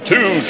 Two